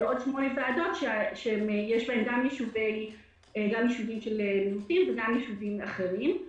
ועוד שמונה ועדות שיש בהן גם יישובים של מיעוטים וגם יישובים אחרים.